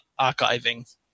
archiving